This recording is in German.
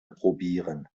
probieren